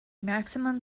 maximum